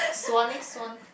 Swan eh Swan